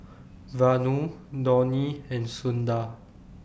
Vanu Dhoni and Sundar